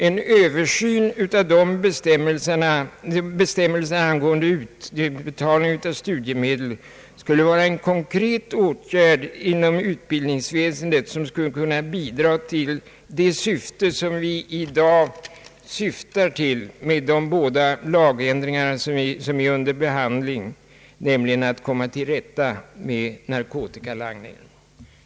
En översyn av bestämmelserna angående utbetalning av studiemedel skulle vara en konkret åtgärd inom utbildningsväsendet, vilken skulle kunna bidra till att uppnå vad vi syftar till med de båda förslag till lagändring som är under behandling, nämligen att komma till rätta med narkotikalangningen.